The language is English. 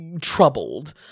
troubled